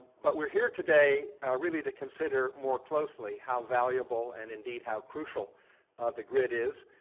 but we're here today really to consider more closely how valuable and indeed how crucial the grid is.